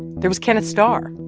there was kenneth starr.